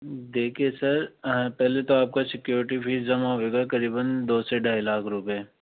देखिए सर पहले तो आपका सिक्योरिटी फ़ीस जमा होएगा करीबन दो से ढ़ाई लाख रुपये